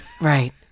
Right